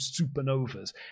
supernovas